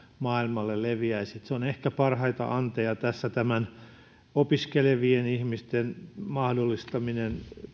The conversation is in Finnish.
maailmalle leviäisi se on ehkä parhaita anteja tässä ja opiskelevien ihmisten mahdollistaminen